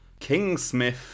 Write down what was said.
Kingsmith